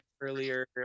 earlier